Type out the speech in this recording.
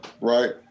right